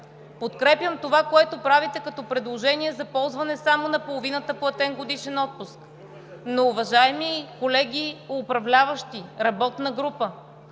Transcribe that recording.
подкрепям това, което правите като предложение, за ползване само на половината платен годишен отпуск, но уважаеми колеги управляващи, работна група,